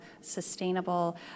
sustainable